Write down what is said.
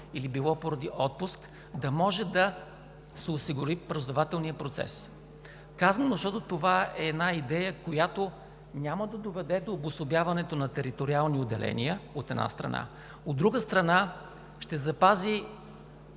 или поради отпуск, да може да се осигури правораздавателният процес. Казвам го, защото това е идея, която няма да доведе до обособяването на териториални отделения, от една страна, от друга страна, ще запази